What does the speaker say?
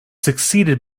succeeded